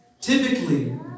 Typically